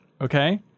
Okay